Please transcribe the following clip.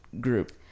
group